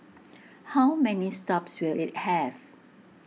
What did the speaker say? how many stops will IT have